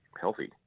healthy